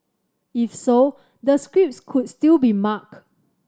if so the scripts could still be marked